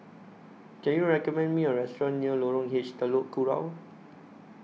Can YOU recommend Me A Restaurant near Lorong H Telok Kurau